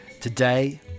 today